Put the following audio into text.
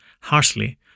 harshly